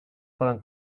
poden